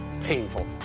painful